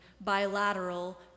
bilateral